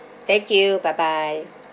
thank you bye bye